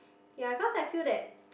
ya cause I feel that